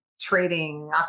Trading